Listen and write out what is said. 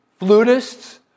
flutists